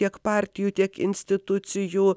tiek partijų tiek institucijų